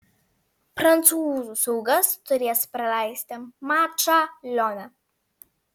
prancūzų saugas turės praleisti mačą lione